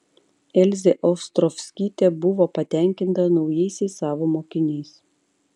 elzė ostrovskytė buvo patenkinta naujaisiais savo mokiniais